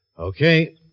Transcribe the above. Okay